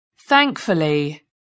Thankfully